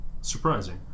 Surprising